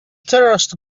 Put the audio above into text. terrorist